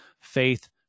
faith